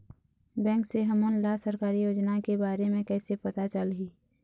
Bank से हमन ला सरकारी योजना के बारे मे कैसे पता चलही?